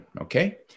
Okay